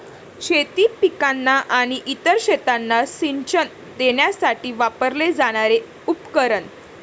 शेती पिकांना आणि इतर शेतांना सिंचन देण्यासाठी वापरले जाणारे उपकरण